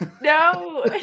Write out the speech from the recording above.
no